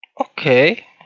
Okay